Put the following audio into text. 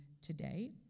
today